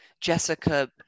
Jessica